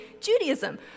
Judaism